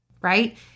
right